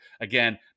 Again